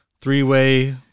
three-way